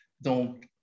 Donc